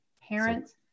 Parents